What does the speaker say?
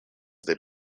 they